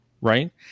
right